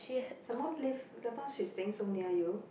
some more live the bus she staying so near you